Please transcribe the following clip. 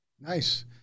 Nice